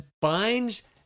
binds